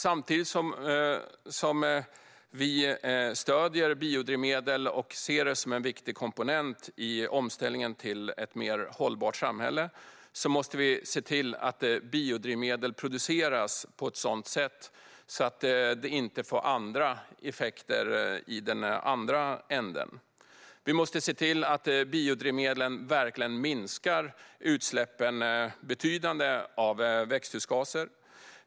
Samtidigt som vi stöder biodrivmedel och ser det som en viktig komponent i omställningen till ett mer hållbart samhälle måste vi se till att biodrivmedel produceras på ett sådant sätt att det inte får andra effekter i den andra änden. Vi måste se till att biodrivmedlen verkligen betydande minskar utsläppen av växthusgaser.